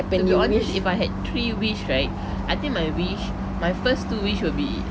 to be honest if I had three wish right I think my wish my first two wish would be